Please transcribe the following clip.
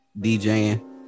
DJing